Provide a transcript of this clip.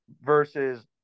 versus